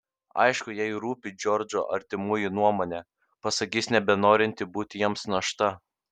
aišku jai rūpi džordžo artimųjų nuomonė pasakys nebenorinti būti jiems našta